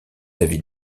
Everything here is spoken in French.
avis